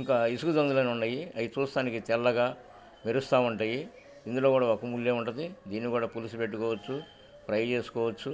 ఇంకా ఇసుగుదొందులనే ఉన్నాయి అవి చూస్తానికి తెల్లగా మరుస్తా ఉంటాయి ఇందులో కూడా ఒక ముల్లె ఉంటది దీన్ని కూడా పులుసు పెెట్టుకోవచ్చు ఫ్రై చేసుకోవచ్చు